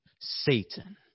Satan